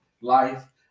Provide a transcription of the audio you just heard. life